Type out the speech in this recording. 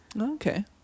Okay